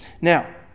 Now